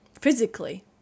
physically